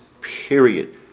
period